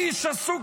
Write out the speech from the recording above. האיש עסוק